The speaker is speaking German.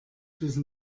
wissen